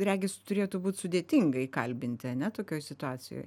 regis turėtų būt sudėtinga įkalbinti ane tokioj situacijoj